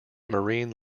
marine